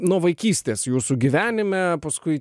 nuo vaikystės jūsų gyvenime paskui